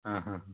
ಹಾಂ ಹಾಂ ಹಾಂ